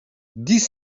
dix